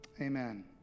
Amen